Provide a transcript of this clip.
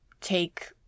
take